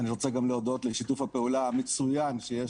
אני רוצה להודות גם על שיתוף הפעולה המצוין שיש